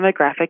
demographic